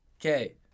okay